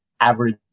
Average